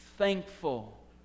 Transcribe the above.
thankful